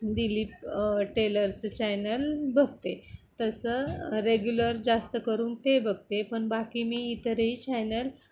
दिलीप टेलरचं चॅनल बघते तसं रेग्युलर जास्तकरून ते बघते पण बाकी मी इतरही चॅनल